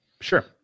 Sure